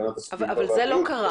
הגנת הסביבה והבריאות --- אבל זה לא קרה.